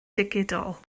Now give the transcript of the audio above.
digidol